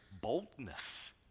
boldness